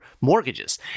mortgages